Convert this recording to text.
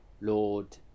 Lord